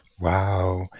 Wow